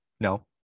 No